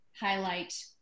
highlight